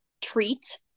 treat